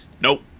nope